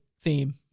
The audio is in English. theme